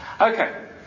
Okay